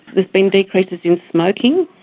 has been decreases in smoking,